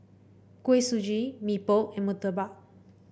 Kuih Suji Mee Pok and murtabak